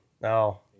No